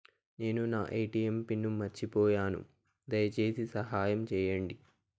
నేను నా ATM pin మర్చిపోయాను, దయచేసి సహాయం చేయండి